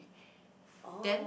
then